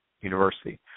University